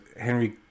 Henry